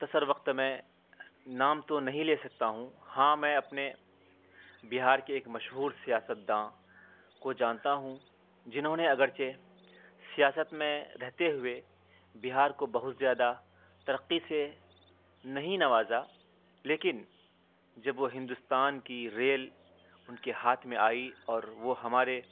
مختثر وقت میں نام تو نہیں لے سکتا ہوں ہاں میں اپنے بہار کے ایک مشہور سیاست داں کو جانتا ہوں جنہوں نے اگرچہ سیاست میں رہتے ہوئے بہار کو بہت زیادہ ترقی سے نہیں نوازا لیکن جب وہ ہندوستان کی ریل ان کے ہاتھ میں آئی اور وہ ہمارے